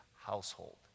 household